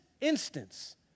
instance